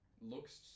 looks